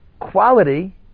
quality